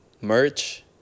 merch